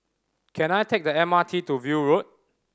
can I take the M R T to View Road